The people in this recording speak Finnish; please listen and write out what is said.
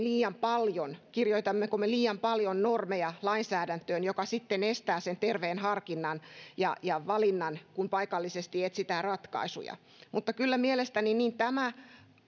liian paljon kirjoitammeko me liian paljon normeja lainsäädäntöön mikä sitten estää sen terveen harkinnan ja ja valinnan kun paikallisesti etsitään ratkaisuja mutta kyllä mielestäni niin tämä